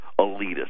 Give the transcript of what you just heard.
elitists